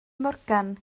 morgan